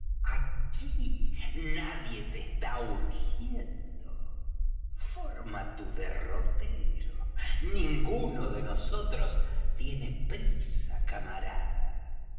nadie te está urgiendo forma tu derrotero ninguno de nosotros tiene prisa camarada